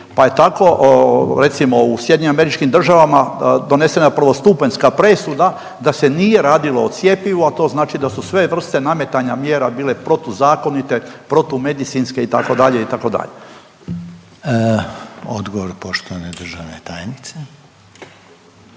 pa je tako recimo u SAD-u donesena prvostupanjska presuda da se nije radilo o cjepivu, a to znači da su sve vrste nametanja mjera bile protuzakonite, protumedicinske itd., itd. **Reiner, Željko